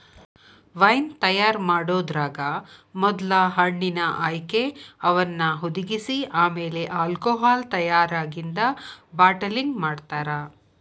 wine ತಯಾರ್ ಮಾಡೋದ್ರಾಗ ಮೊದ್ಲ ಹಣ್ಣಿನ ಆಯ್ಕೆ, ಅವನ್ನ ಹುದಿಗಿಸಿ ಆಮೇಲೆ ಆಲ್ಕೋಹಾಲ್ ತಯಾರಾಗಿಂದ ಬಾಟಲಿಂಗ್ ಮಾಡ್ತಾರ